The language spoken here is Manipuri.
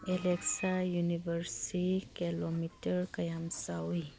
ꯑꯦꯂꯦꯛꯁꯥ ꯌꯨꯅꯤꯕꯔꯁꯁꯤ ꯀꯤꯂꯣꯃꯤꯇꯔ ꯀꯌꯥꯝ ꯆꯥꯎꯏ